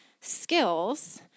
skills